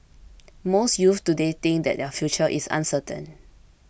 most youths today think that their future is uncertain